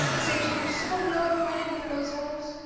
since you are so well acquainted with those holes,